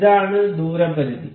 ഇതാണ് ദൂരപരിധി